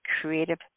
creative